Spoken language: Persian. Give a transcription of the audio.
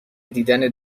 دیدن